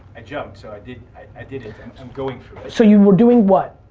ah jumped, so i did i did it, i'm going so you were doing what?